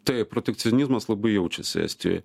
taip protekcionizmas labai jaučiasi estijoj